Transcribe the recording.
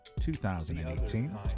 2018